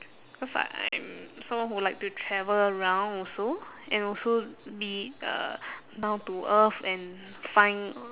cause like I'm someone who like to travel around also and also be uh down to earth and find